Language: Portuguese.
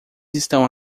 estão